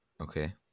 Okay